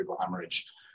hemorrhage